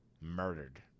Murdered